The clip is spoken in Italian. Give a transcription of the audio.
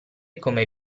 come